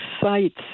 sites